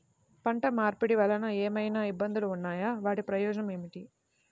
పంట మార్పిడి వలన ఏమయినా ఇబ్బందులు ఉన్నాయా వాటి ప్రయోజనం ఏంటి?